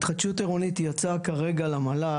התחדשות עירונית יצאה כרגע למל"ל,